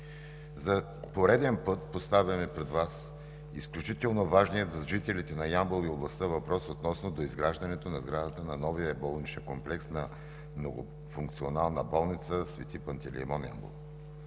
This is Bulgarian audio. за пореден път поставяме пред Вас изключително важния за жителите на Ямбол и областта въпрос относно доизграждането на сградата на новия болничен комплекс на Многофункционална болница „Свети Пантелеймон“ – Ямбол.